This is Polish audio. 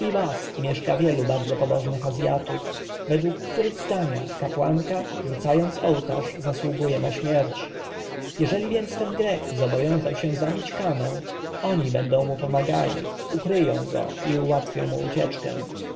mieszka wielu bardzo pobożnych azjatów według których zdania kapłanka rzucająca ołtarz zasługuje na śmierć jeżeli więc ten grek zobowiązał się zabić kamę oni będą mu pomagali ukryją go i ułatwią mu ucieczkę